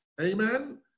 Amen